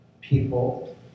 people